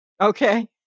Okay